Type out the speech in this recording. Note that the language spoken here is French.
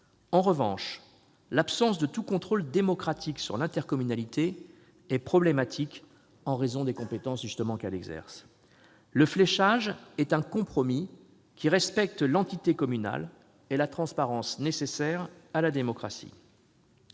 En revanche, l'absence de tout contrôle démocratique sur l'intercommunalité est problématique en raison des compétences que celle-ci exerce. Le fléchage est un compromis qui respecte l'entité communale et la transparence nécessaire à la démocratie.